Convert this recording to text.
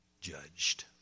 judged